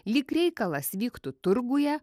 lyg reikalas vyktų turguje